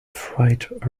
freight